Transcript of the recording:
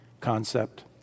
concept